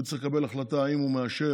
והוא יצטרך לקבל החלטה אם הוא מאשר